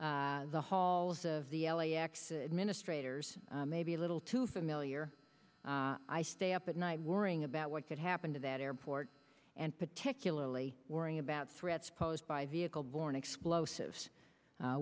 in the halls of the l a x administrators maybe a little too familiar i stay up at night worrying about what could happen to that airport and particularly worrying about threats posed by vehicle borne explosives